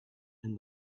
and